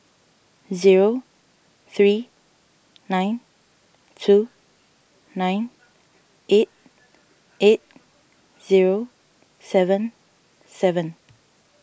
zero three nine two nine eight eight zero seven seven